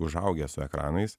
užaugę su ekranais